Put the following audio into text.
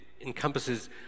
encompasses